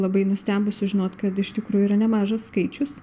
labai nustebus žinot kad iš tikrųjų yra nemažas skaičius